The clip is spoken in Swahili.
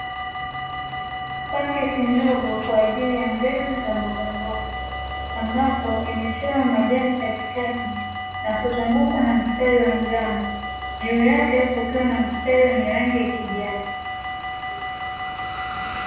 Paketi ndogo kwa ajili ya mbegu za mbogamboga ambapo imechorwa majani katikati na kuzungukwa na mstari wa njano juu yake kukiwa na mstari wenye rangi ya kijani.